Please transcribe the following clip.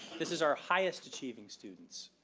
this is our highest achieving students.